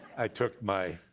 i took my